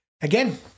again